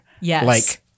Yes